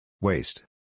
Waste